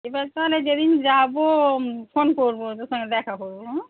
এবার তাহলে যেদিন যাব ফোন করব তোর সঙ্গে দেখা করব হুঁ